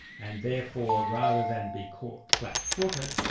and therefore rather than be caught flat-footed,